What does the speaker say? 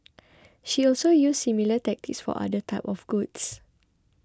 she also used similar tactics for other types of goods